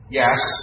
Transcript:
yes